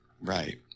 Right